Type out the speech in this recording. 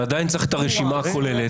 אבל עדיין צריך את הרשימה הכוללת,